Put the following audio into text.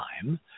time